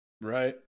Right